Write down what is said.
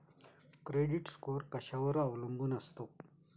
Credit score कशावर अवलंबून असतो?